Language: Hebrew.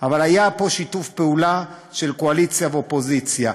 אבל היה פה שיתוף פעולה של קואליציה ואופוזיציה.